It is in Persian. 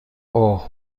اوه